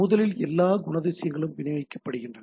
முதலில் எல்லா குணாதிசயங்களும் விநியோகிக்கப்படுகின்றன